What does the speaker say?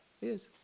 Yes